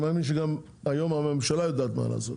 ואני מאמין שגם היום הממשלה יודעת מה לעשות.